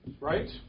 right